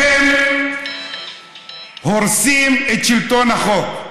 אתם הורסים את שלטון החוק,